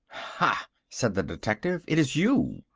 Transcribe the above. ha, said the detective, it is you!